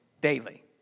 daily